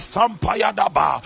Sampayadaba